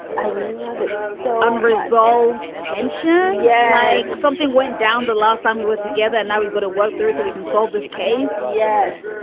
i love it, so unresolved tension. yeah like something went down the last time we were together, now we've got to work through so we can solve this case. yes,